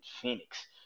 Phoenix